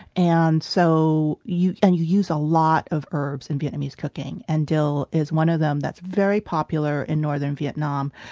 and so you and you use a lot of herbs and vietnamese cooking, and dill is one of them that's very popular in northern vietnam.